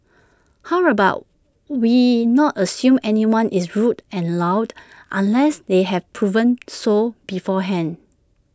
how about we not assume anyone is rude and loud unless they have proven so beforehand